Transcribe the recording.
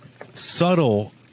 Subtle